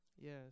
Yes